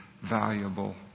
valuable